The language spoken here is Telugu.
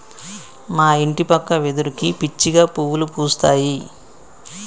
మా ఇంటి పక్క వెదురుకి పిచ్చిగా పువ్వులు పూస్తాయి